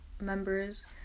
members